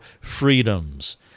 freedoms